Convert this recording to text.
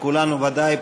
שכולנו ודאי,